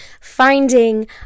finding